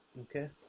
okay